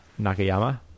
Nakayama